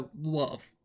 love